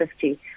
50